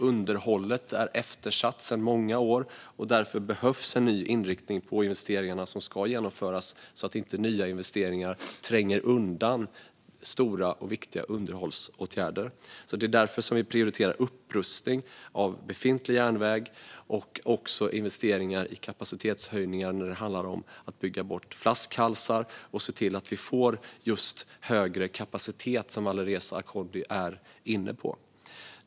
Underhållet är eftersatt sedan många år, och därför behövs en ny inriktning på investeringarna som ska genomföras så att inte nya investeringar tränger undan stora och viktiga underhållsåtgärder. Det är därför vi prioriterar upprustning av befintlig järnväg och investeringar i kapacitetshöjningar när det gäller att bygga bort flaskhalsar och se till att vi får just högre kapacitet, vilket Alireza Akhondi är inne på.